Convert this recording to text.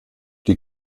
die